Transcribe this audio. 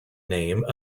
name